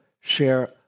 share